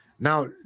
Now